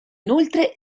inoltre